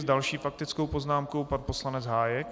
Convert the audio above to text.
S další faktickou poznámkou pan poslanec Hájek.